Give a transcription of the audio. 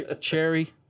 cherry